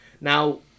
Now